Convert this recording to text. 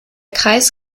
kreis